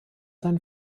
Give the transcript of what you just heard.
sein